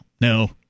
no